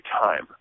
time